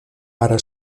para